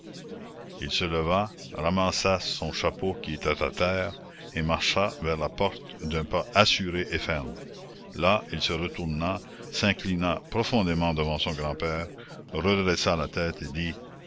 il se leva ramassa son chapeau qui était à terre et marcha vers la porte d'un pas assuré et ferme là il se retourna s'inclina profondément devant son grand-père redressa la tête et dit